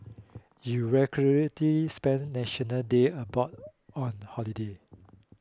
you spend National Day abroad on holiday